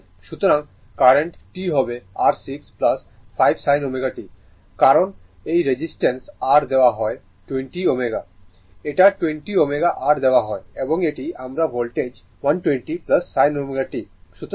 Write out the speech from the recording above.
সুতরাং current t হবে r 6 5 sin ω t কারণ এই রেজিস্টেন্স R দেওয়া হয় 20Ω এটা 20 ΩR দেওয়া হয় এবং এটি আমার ভোল্টেজ 120 100 sin ω t